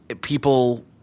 people –